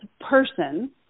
person